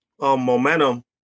momentum